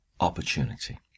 opportunity